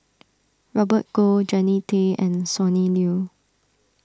Robert Goh Jannie Tay and Sonny Liew